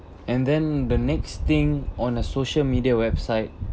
and then the next thing on a social media website